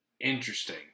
Interesting